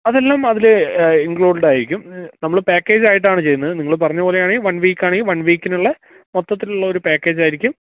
അതെല്ലാം അതില് ഇൻക്ലൂഡഡ് ആയിരിക്കും നമ്മള് പാക്കേജായിട്ടാണ് ചെയ്യുന്നത് നിങ്ങൾ പറഞ്ഞതുപോലെയാണെങ്കില് വൺ വീക്കാണെങ്കില് വൺ വീക്കിനുള്ള മൊത്തത്തിലുള്ള ഒരു പാക്കേജായിരിക്കും